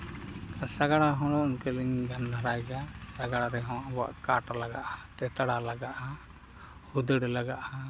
ᱟᱨ ᱥᱟᱸᱜᱟᱲ ᱦᱚᱸ ᱠᱤᱨᱤᱧ ᱜᱟᱱ ᱫᱷᱟᱨᱟᱭᱫᱟ ᱥᱟᱸᱜᱟᱲ ᱨᱮᱦᱚᱸ ᱟᱵᱚᱣᱟᱜ ᱠᱟᱴᱷ ᱞᱟᱜᱟᱜᱼᱟ ᱴᱮᱴᱲᱟ ᱠᱟᱜᱟᱜᱼᱟ ᱦᱩᱫᱟᱹᱲ ᱞᱟᱜᱟᱜᱼᱟ